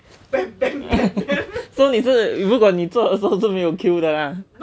so 你是如果你做的时候都是没有 queue 的 lah